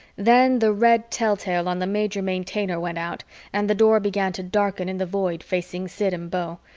then the red telltale on the major maintainer went out and the door began to darken in the void facing sid and beau,